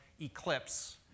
Eclipse